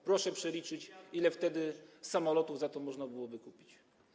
Proszę przeliczyć, ile wtedy samolotów można było kupić.